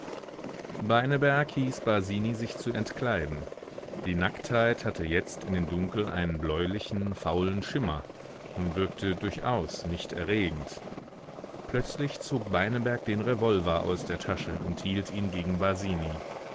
beineberg hieß basini sich zu entkleiden die nacktheit hatte jetzt in dem dunkel einen bläulichen faulen schimmer und wirkte durchaus nicht erregend plötzlich zog beineberg den revolver aus der tasche und hielt ihn gegen basini